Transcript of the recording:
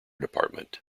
department